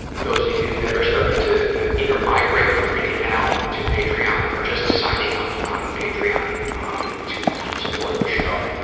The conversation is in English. those of you that are starting to either migrate from paypal to patreon or just signing up on patreon um to help support the show.